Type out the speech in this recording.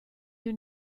you